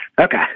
Okay